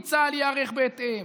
כי צה"ל ייערך בהתאם,